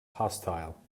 hostile